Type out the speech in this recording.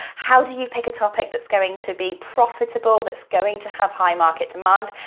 how do you pick a topic that's going to be profitable, that's going to have high market demand.